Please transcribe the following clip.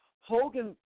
Hogan